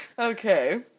okay